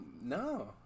No